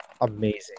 amazing